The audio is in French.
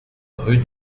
rue